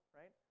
right